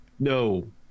No